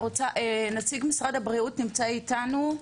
נציג משרד הבריאות נמצא איתנו?